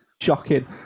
Shocking